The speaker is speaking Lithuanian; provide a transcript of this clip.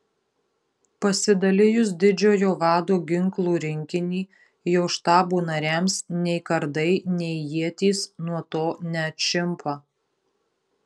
pasidalijus didžiojo vado ginklų rinkinį jo štabo nariams nei kardai nei ietys nuo to neatšimpa